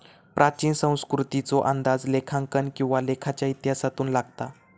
प्राचीन संस्कृतीचो अंदाज लेखांकन किंवा लेखाच्या इतिहासातून लागता